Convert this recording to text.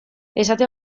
esate